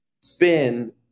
spin